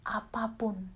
apapun